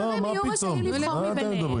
אז גם הם יהיו רשאים לבחור מביניהם.